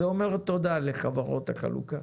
ואומרת תודה לחברות החלוקה,